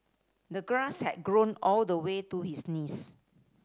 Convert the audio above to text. the grass had grown all the way to his knees